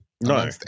No